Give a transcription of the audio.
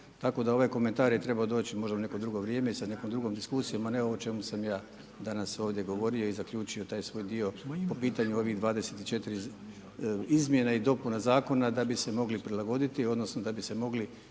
Tako da ovaj komentar je trebao doć možda u neko drugo vrijeme i sa nekom drugom diskusijom a ne ovo o čemu sam ja danas ovdje govorio i zaključio taj svoj dio po pitanju ovih 24 izmjena i dopuna zakona da bi se mogli prilagoditi, odnosno da bi se mogli